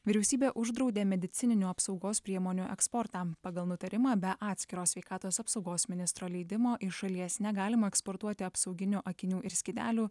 vyriausybė uždraudė medicininių apsaugos priemonių eksportą pagal nutarimą be atskiro sveikatos apsaugos ministro leidimo iš šalies negalima eksportuoti apsauginių akinių ir skydelių